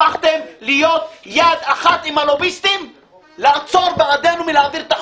הפכתם להיות יד אחת עם הלוביסטים לעצור בעדנו מלהעביר את החוק.